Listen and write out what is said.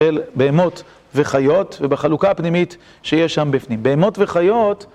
בהמות וחיות, ובחלוקה הפנימית שיש שם בפנים. בהמות וחיות...